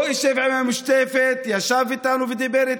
לא אשב עם המשותפת, ישב איתנו ודיבר איתנו,